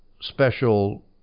special